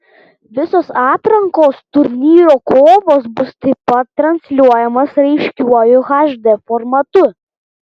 visos atrankos turnyro kovos bus taip pat transliuojamos raiškiuoju hd formatu